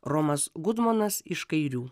romas gudmonas iš kairių